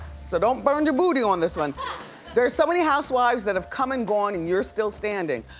so don't burn your booty on this one. but there's so many housewives that have come and gone and you're still standing,